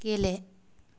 गेले